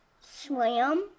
Swim